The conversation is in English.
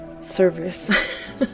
service